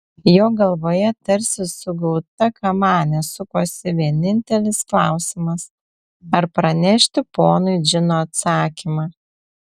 jo galvoje tarsi sugauta kamanė sukosi vienintelis klausimas ar pranešti ponui džino atsakymą